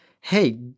Hey